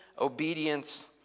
obedience